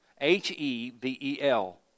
H-E-V-E-L